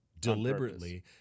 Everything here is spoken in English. deliberately